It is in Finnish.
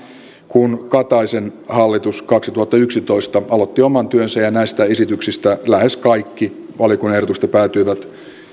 kun kataisen hallitus kaksituhattayksitoista aloitti oman työnsä ja näistä esityksistä valiokunnan ehdotuksista lähes kaikki päätyivät